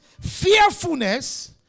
Fearfulness